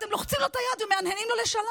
ואתם לוחצים לו את היד ומהנהנים לו לשלום.